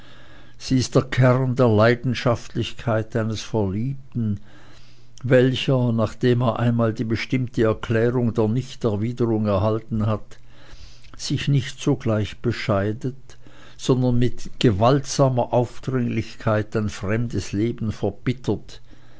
sie ist der kern der leidenschaftlichkeit eines verliebten welcher nachdem er einmal die bestimmte erklärung der nichterwiderung erhalten hat sich nicht sogleich bescheidet sondern mit gewaltsamer aufdringlichkeit ein fremdes leben verbittert